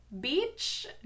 beach